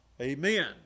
Amen